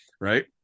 right